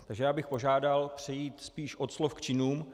Takže bych požádal přejít spíš od slov k činům.